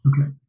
Okay